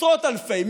עשרות אלפי,